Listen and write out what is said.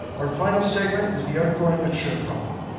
our final segment is the outgoing mature couple.